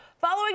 following